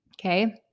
Okay